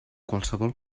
qualsevol